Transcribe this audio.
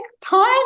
time